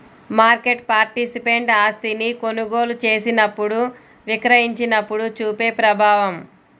market participant ఆస్తిని కొనుగోలు చేసినప్పుడు, విక్రయించినప్పుడు చూపే ప్రభావం